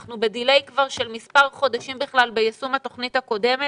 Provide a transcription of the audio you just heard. אנחנו ב-דיליי של מספר חודשים ביישום התוכנית הקודמת